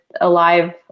alive